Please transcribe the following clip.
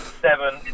Seven